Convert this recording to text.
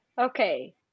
Okay